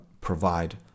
provide